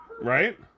Right